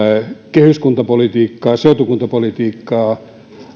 kehyskuntapolitiikkaa seutukuntapolitiikkaa